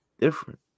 different